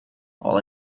all